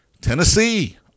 Tennessee